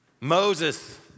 Moses